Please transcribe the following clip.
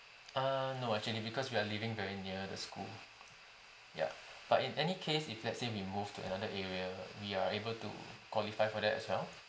ah no actually because we are living very near the school ya but in any case if let's say we move to another area we are able to qualify for that as well